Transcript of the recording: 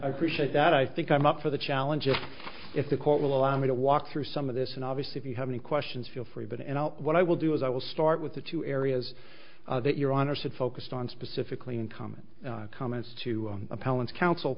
appreciate that i think i'm up for the challenge of if the court will allow me to walk through some of this and obvious if you have any questions feel free but and what i will do is i will start with the two areas that your honor said focused on specifically in common comments to appellant counsel